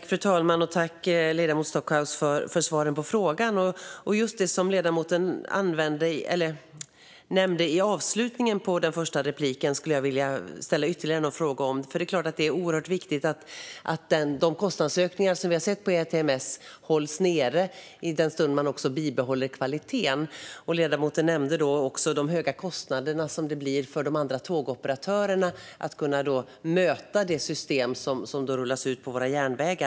Fru talman! Tack, ledamoten Stockhaus, för svaret på frågan! Det ledamoten nämnde som avslutning på sin första replik skulle jag vilja ställa ytterligare någon fråga om. Det är klart att det är oerhört viktigt att de kostnadsökningar vi har sett för ERTMS hålls nere i den stund man bibehåller kvaliteten. Ledamoten nämnde de höga kostnader som uppstår för de andra tågoperatörerna när det gäller att kunna möta det system som rullas ut på våra järnvägar.